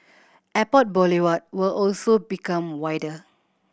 Airport Boulevard will also become wider